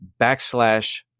backslash